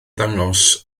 ddangos